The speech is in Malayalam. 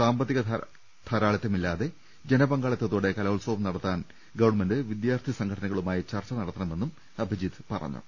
സാമ്പത്തിക ധാരാളിത്തമില്ലാതെ ജനപങ്കാളിത്തത്തോടെ കലോത്സവം നട ത്താൻ ഗവൺമെന്റ് വിദ്യാർത്ഥി സംഘടനകളുമായി ചർച്ച നടത്തണമെന്നും അഭിജിത്ത് പറഞ്ഞു